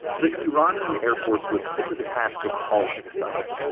the iranian air force was put to the task of hauling stuff.